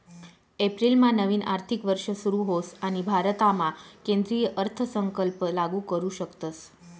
एप्रिलमा नवीन आर्थिक वर्ष सुरू होस आणि भारतामा केंद्रीय अर्थसंकल्प लागू करू शकतस